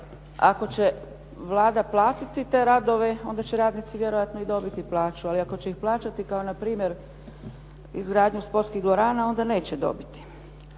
ako će Vlada platiti te radove, onda će radnici vjerojatno i dobiti plaću. Ali ako će ih plaćati kao npr. izgradnju sportskih dvorana, onda neće dobiti.